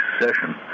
session